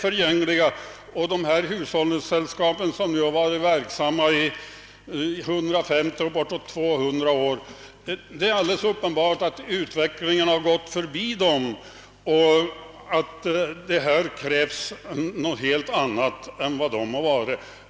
Det är alldeles uppenbart att utvecklingen gått förbi hushållningssällskapen, som varit verksamma under 150—200 år och att det nu krävs något helt annat av dem än de tidigare kunnat prestera.